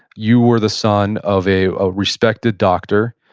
you were the son of a ah respected doctor,